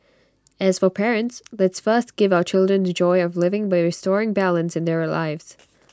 as for parents let's first give our children the joy of living by restoring balance in their lives